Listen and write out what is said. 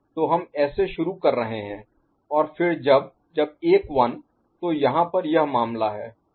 तो हम ऐसे शुरू कर रहे हैं और फिर जब जब एक 1 तो यहाँ पर यह मामला है